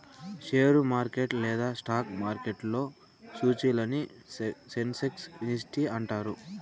share market లేదా stock మార్కెట్లో సూచీలని సెన్సెక్స్ నిఫ్టీ అంటారు